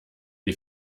die